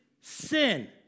sin